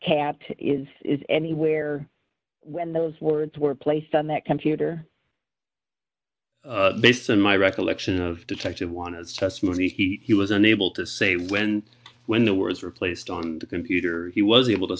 kept is it anywhere when those words were placed on that computer based on my recollection of detective wanted testimony he was unable to say when when the words were placed on the computer he was able to